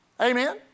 Amen